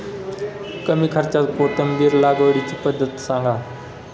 कमी खर्च्यात कोथिंबिर लागवडीची पद्धत सांगा